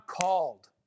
called